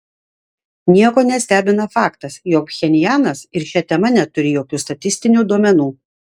nieko nestebina faktas jog pchenjanas ir šia tema neturi jokių statistinių duomenų